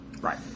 Right